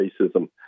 racism